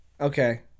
Okay